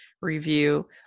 review